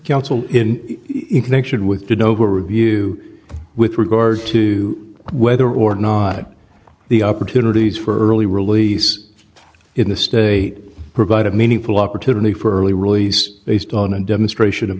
council in connection with the noble review with regard to whether or not the opportunities for early release in the state provide a meaningful opportunity for early release based on a demonstration of